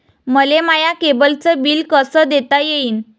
मले माया केबलचं बिल कस देता येईन?